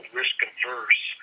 risk-averse